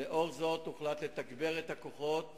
לנוכח זאת, הוחלט לתגבר את הכוחות